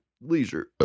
leisure